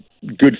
good